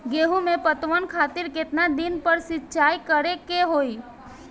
गेहूं में पटवन खातिर केतना दिन पर सिंचाई करें के होई?